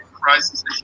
prices